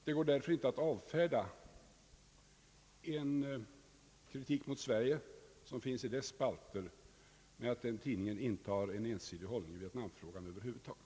Det går därför inte att avfärda den kritik mot Sverige som finns i dess spalter med att den tidningen intar en ensidig hållning i vietnamfrågan över huvud taget.